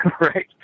right